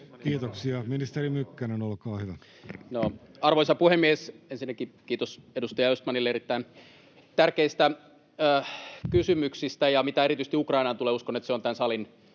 Kiitoksia. — Ministeri Mykkänen, olkaa hyvä. Arvoisa puhemies! Ensinnäkin kiitos edustaja Östmanille erittäin tärkeistä kysymyksistä. Mitä erityisesti Ukrainaan tulee, uskon, että se on tämän salin